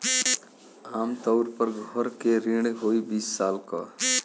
आम तउर पर घर के ऋण होइ बीस साल क